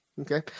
Okay